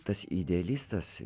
tas idealistas